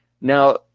Now